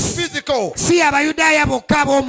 physical